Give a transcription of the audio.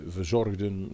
Verzorgden